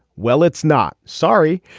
well it's not. sorry.